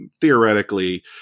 theoretically